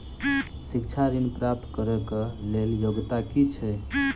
शिक्षा ऋण प्राप्त करऽ कऽ लेल योग्यता की छई?